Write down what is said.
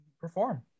perform